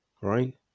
right